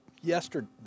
yesterday